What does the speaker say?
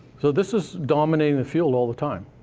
so this is dominating the field all the time,